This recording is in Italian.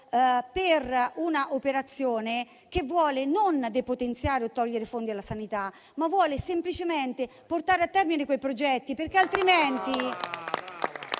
per un'operazione che non vuole depotenziare e togliere fondi della sanità, ma vuole semplicemente portare a termine quei progetti, perché altrimenti